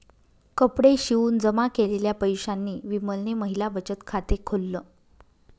कपडे शिवून जमा केलेल्या पैशांनी विमलने महिला बचत खाते खोल्ल